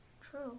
true